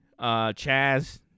Chaz